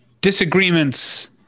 disagreements